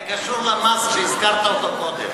זה קשור למס שהזכרת קודם.